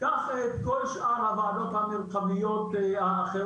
קח את כל שאר הוועדות המרחביות האחרות